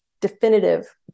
definitive